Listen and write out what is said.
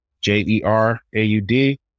J-E-R-A-U-D